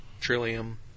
Trillium